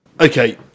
Okay